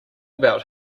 about